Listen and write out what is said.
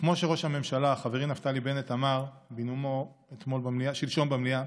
כמו שראש הממשלה חברי נפתלי בנט אמר בנאומו שלשום במליאה,